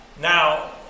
Now